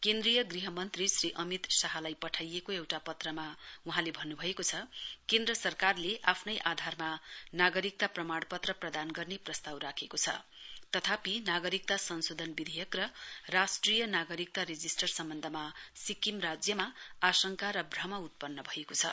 केन्द्रीय गृह मन्त्री श्री अमित शाहलाई पठाइएको एउटा पत्रमा वहाँले भन्नुभएको छ केन्द्र सरकारले आफ्नै आधारमा नागरिकता प्रमाणपत्र प्रदान गर्ने प्रस्ताव राखेको छ तथापि नागरिकता संशोधन विधेयक र राष्ट्रिय नागरिकता रेजिस्टर सम्बन्धमा सिक्किम राज्यमा आंशका र भ्रम उत्पन्न भएको छ